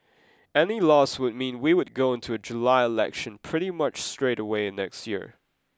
any loss would mean we could go into a July election pretty much straight away next year